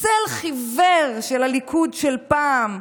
של הליכוד של פעם,